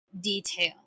detail